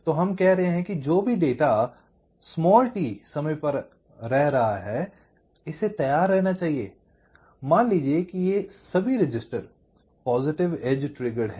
तो हम कह रहे हैं जो भी डेटा 't' समय पर रह रहा है इसे तैयार रहना चाहिए I मान लीजिए कि ये सभी रजिस्टर पॉजिटिव एज ट्रिग्गड़ हैं